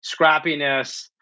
scrappiness